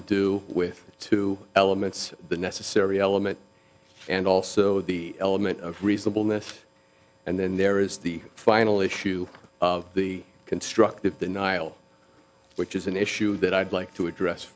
to do with two elements the necessary element and also the element of reasonableness and then there is the final issue of the constructive denial which is an issue that i'd like to address